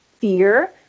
fear